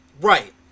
right